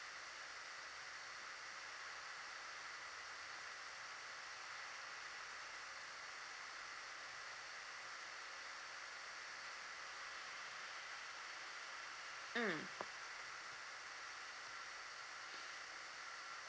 mm